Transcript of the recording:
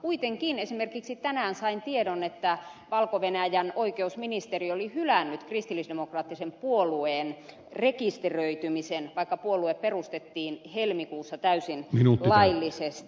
kuitenkin esimerkiksi tänään sain tiedon että valko venäjän oikeusministeri oli hylännyt kristillisdemokraattisen puolueen rekisteröitymisen vaikka puolue perustettiin helmikuussa täysin laillisesti